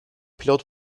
pilot